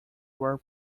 were